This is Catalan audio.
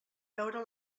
veure